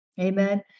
Amen